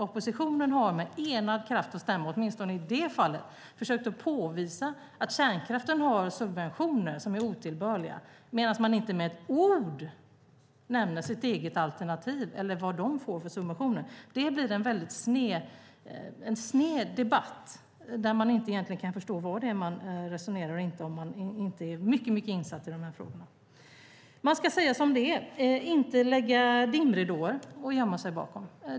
Oppositionen har med enad kraft och stämma - åtminstone i det fallet - försökt påvisa att kärnkraften har subventioner som är otillbörliga, medan man inte med ett ord nämner sitt eget alternativ eller vilka subventioner de får. Det blir en sned debatt, där man egentligen inte förstår vad man resonerar om, ifall man inte är mycket insatt i de här frågorna. Man ska säga som det är och inte lägga dimridåer och gömma sig bakom dem.